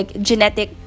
genetic